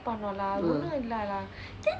ah